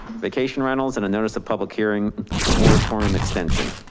vacation rentals, and a notice of public hearing moratorium extension.